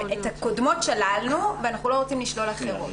שאת הקודמות שללנו ואנחנו לא רוצים לשלול אחרות.